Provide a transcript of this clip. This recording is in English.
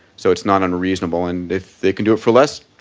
so it's not unreasonable, and if they can do for less,